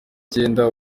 cyenda